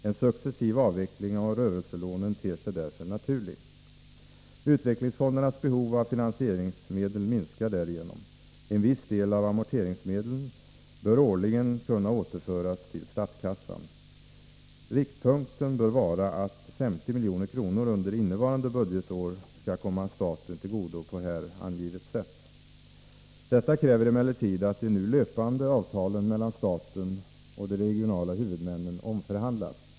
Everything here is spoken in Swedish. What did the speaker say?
En successiv avveckling av rörelselånen ter sig därför naturlig. Utvecklingsfondernas behov av finansieringsmedel minskar därigenom. En viss del av amorteringsmedlen bör årligen kunna återföras till statskassan. Riktpunkten bör vara att 50 milj.kr. under innevarande budgetår skall komma staten till godo på här angivet sätt. Detta kräver emellertid att de nu löpande avtalen mellan staten och de regionala huvudmännen omförhandlas.